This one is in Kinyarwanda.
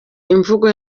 imvugo